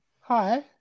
hi